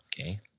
Okay